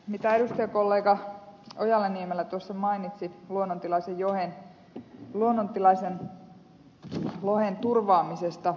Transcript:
mitä edustajakollega ojala niemelä mainitsi luonnontilaisen lohen turvaamisesta